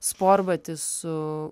sportbatį su